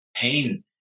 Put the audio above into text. pain